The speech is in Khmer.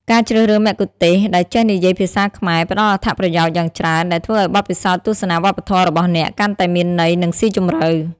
ការជ្រើសរើសមគ្គុទ្ទេសក៍ដែលចេះនិយាយភាសាខ្មែរផ្តល់អត្ថប្រយោជន៍យ៉ាងច្រើន ដែលធ្វើឲ្យបទពិសោធន៍ទស្សនាវប្បធម៌របស់អ្នកកាន់តែមានន័យ និងស៊ីជម្រៅ។